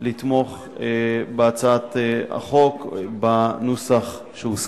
לתמוך בהצעת החוק בנוסח שהוסכם.